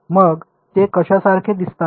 मग ते कशासारखे दिसतात